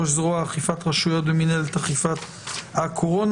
ראש זרוע אכיפת רשויות ומנהלת אכיפת הקורונה.